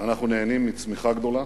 אנחנו נהנים מצמיחה גדולה